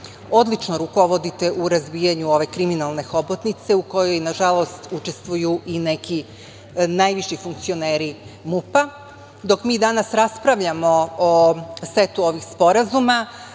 Odlično rukovodite u razvijanju ove kriminalne hobotnice u kojoj, nažalost, učestvuju i neki najviši funkcioneri MUP.Dok mi danas raspravljamo o setu ovih sporazuma,